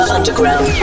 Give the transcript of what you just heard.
Underground